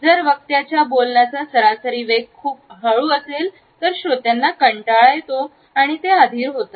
जर वक्त्याचा बोलण्याचा सरासरी वेग खूप हळू असेल तर श्रोत्यांना कंटाळा येतो आणि ते अधीर होतात